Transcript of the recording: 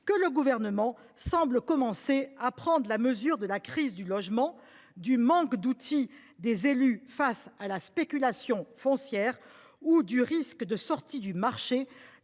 que le Gouvernement semble commencer à prendre la mesure de la crise du logement. Au manque de moyens des élus face à la spéculation foncière s’ajoute le risque de sortie du marché